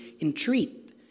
entreat